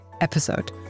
episode